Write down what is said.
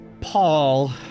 Paul